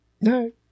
No